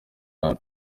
hano